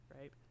right